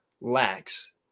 lacks